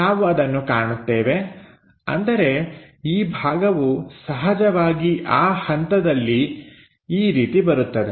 ನಾವು ಅದನ್ನು ಕಾಣುತ್ತೇವೆ ಅಂದರೆ ಈ ಭಾಗವು ಸಹಜವಾಗಿ ಆ ಹಂತದಲ್ಲಿ ಈ ರೀತಿ ಬರುತ್ತದೆ